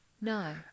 No